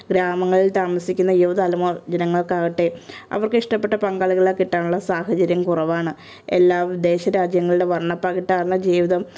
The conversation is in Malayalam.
ഗ്രാമങ്ങളിൽ താമസിക്കുന്ന യുവതലമു ജനങ്ങൾക്കാകട്ടെ അവർക്കിഷ്ടപെട്ട പങ്കാളികളെ കിട്ടാനുള്ള സാഹചര്യം കുറവാണ് എല്ലാ വിദേശരാജ്യങ്ങളുടെ വർണ്ണപ്പകിട്ടാർന്ന ജീവിതം